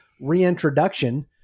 reintroduction